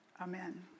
amen